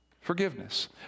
forgiveness